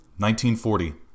1940